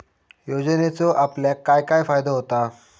योजनेचो आपल्याक काय काय फायदो होता?